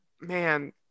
man